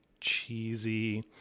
cheesy